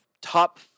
top